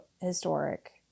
historic